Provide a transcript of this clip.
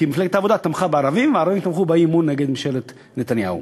כי מפלגת העבודה תמכה בערבים והערבים תמכו באי-אמון נגד ממשלת נתניהו.